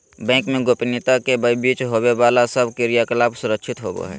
bank गोपनीयता के बीच होवे बाला सब क्रियाकलाप सुरक्षित होवो हइ